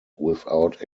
without